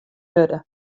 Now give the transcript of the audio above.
wurde